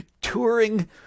touring